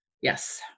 Yes